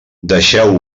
deixeu